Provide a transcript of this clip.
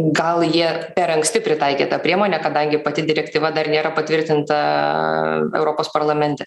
gal jie per anksti pritaikė tą priemonę kadangi pati direktyva dar nėra patvirtinta europos parlamente